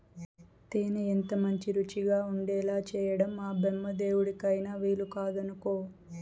తేనె ఎంతమంచి రుచిగా ఉండేలా చేయడం ఆ బెమ్మదేవుడికైన వీలుకాదనుకో